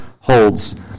holds